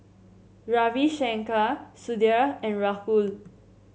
Ravi Shankar Sudhir and Rahul